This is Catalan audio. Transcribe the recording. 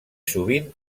sovint